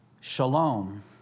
Shalom